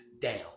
down